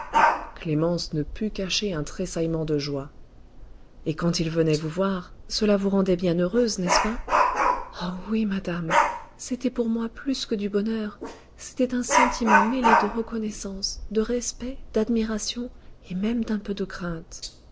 clémence ne put cacher un tressaillement de joie et quand il venait vous voir cela vous rendait bien heureuse n'est-ce pas oh oui madame c'était pour moi plus que du bonheur c'était un sentiment mêlé de reconnaissance de respect d'admiration et même d'un peu de crainte